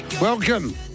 Welcome